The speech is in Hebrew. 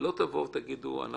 שלא תבואו ותגידו אנחנו